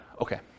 Okay